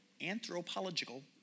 anthropological